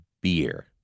beer